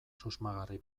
susmagarri